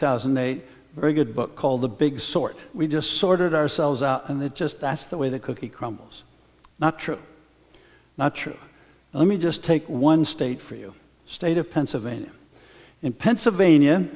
thousand and eight very good book called the big sort we just sorted ourselves out and it just that's the way the cookie crumbles not true not true let me just take one state for you state of pennsylvania in pennsylvania